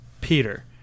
Peter